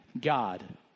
God